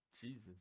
Jesus